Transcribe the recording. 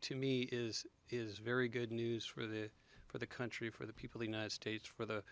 to me is is very good news for the for the country for the people the united states for the